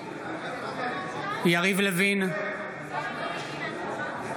אינו נוכח נעמה לזימי,